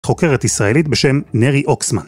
חוקרת ישראלית בשם נרי אוקסמן.